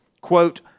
quote